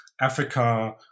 Africa